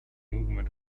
movement